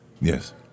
Yes